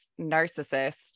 narcissist